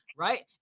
right